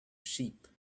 sheep